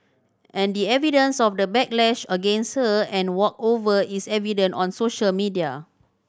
and the evidence of the backlash against her and walkover is evident on social media